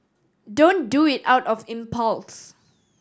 don't do it out of impulse